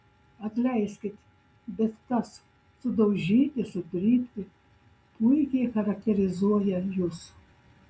atleiskit bet tas sudaužyti sutrypti puikiai charakterizuoja jus